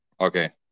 okay